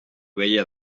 vella